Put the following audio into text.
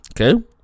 okay